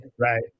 Right